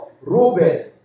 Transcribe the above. Reuben